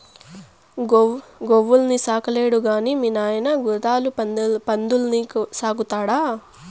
గోవుల్ని సాకలేడు గాని మీ నాయన గుర్రాలు పందుల్ని సాకుతాడా